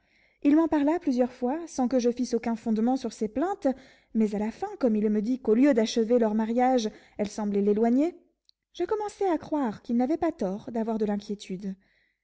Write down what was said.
il m'en parla plusieurs fois sans que je fisse aucun fondement sur ses plaintes mais à la fin comme il me dit qu'au lieu d'achever leur mariage elle semblait l'éloigner je commençai à croire qu'il n'avait pas de tort d'avoir de l'inquiétude